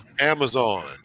Amazon